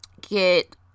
get